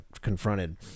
confronted